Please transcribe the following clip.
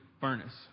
furnace